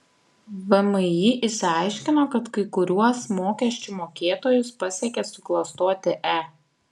vmi išsiaiškino kad kai kuriuos mokesčių mokėtojus pasiekė suklastoti e